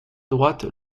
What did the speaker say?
droite